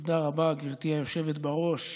תודה רבה, גברתי היושבת-ראש.